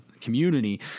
community